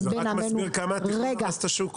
זה רק מסביר כמה התכנון הרס את השוק.